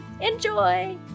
Enjoy